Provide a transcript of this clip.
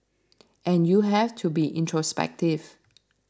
and you have to be introspective